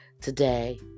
today